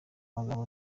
amagambo